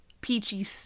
peachy